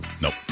Nope